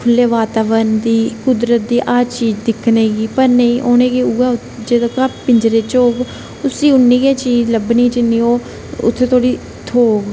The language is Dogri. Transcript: बाताबरण दी कुदरत दी हर चीज दिक्खने दी पर नेई उनेंगी उऐ जिन्ने तक पिंजरे च होग उसी उन्नी गै चीज लब्भनी जिन्नी ओह् उत्थै धोड़ी थ्होग